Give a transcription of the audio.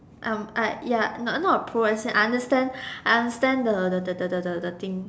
ya not not a Pro as in I understand I understand the the the the the the thing